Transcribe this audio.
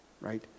right